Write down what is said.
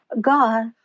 God